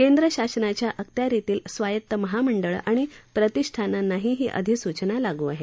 केंद्र शासनाच्या अखत्यारीतली स्वायत्त महामंडळं आणि प्रतिष्ठानांनाही ही अधिसूचना लागू आहे